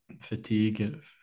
fatigue